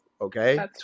Okay